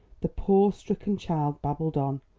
the poor, stricken child babbled on.